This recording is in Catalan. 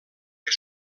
que